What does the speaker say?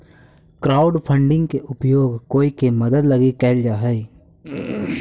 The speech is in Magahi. क्राउडफंडिंग के उपयोग कोई के मदद लगी कैल जा हई